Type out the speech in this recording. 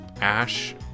Ash